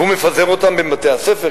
והוא מפזר אותם בין בתי-הספר.